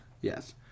Yes